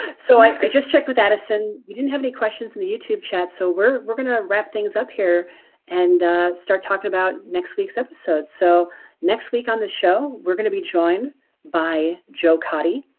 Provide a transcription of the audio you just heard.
so i i just checked with addison, didn't have any questions in the youtube chat so we're we're gonna wrap things up here and start talking about next week's episode. so next week on the show we're gonna be joined by jo coddi.